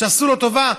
שיעשו לו טובה.